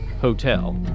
hotel